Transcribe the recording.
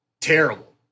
terrible